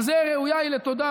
על זה ראויה היא לתודה.